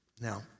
Now